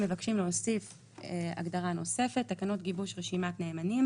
הם מבקשים להוסיף הגדרה נוספת: תקנות גיבוש רשימת נאמנים